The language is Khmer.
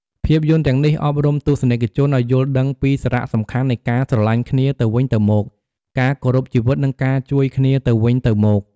ភាពយន្តទាំងនេះអប់រំទស្សនិកជនឱ្យយល់ដឹងពីសារៈសំខាន់នៃការស្រឡាញ់គ្នាទៅវិញទៅមក ការគោរពជីវិត និងការជួយគ្នាទៅវិញទៅមក។